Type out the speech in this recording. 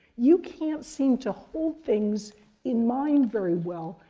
you can't seem to hold things in mind very well.